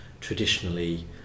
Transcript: traditionally